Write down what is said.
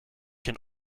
can